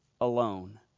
alone